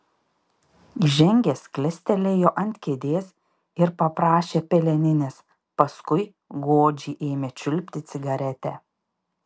įžengęs klestelėjo ant kėdės ir paprašė peleninės paskui godžiai ėmė čiulpti cigaretę